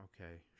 Okay